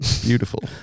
beautiful